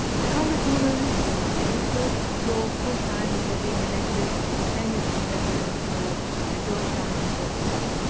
the congressman who taught law for a time before being elected is a tenured professor of law at georgetown university,